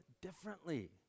differently